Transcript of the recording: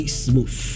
smooth